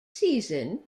season